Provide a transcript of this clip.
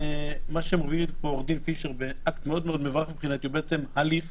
מה שמוביל פה עו"ד פישר באקט מאוד מאוד מבורך לדעתי הוא הליך